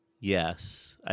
Yes